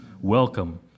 Welcome